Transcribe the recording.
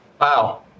Wow